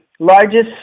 largest